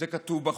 זה כתוב בחוזה.